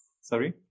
Sorry